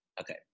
Okay